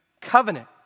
covenant